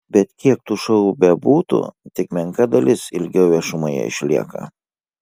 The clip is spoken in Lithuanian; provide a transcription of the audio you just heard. bet kiek tų šou bebūtų tik menka dalis ilgiau viešumoje išlieka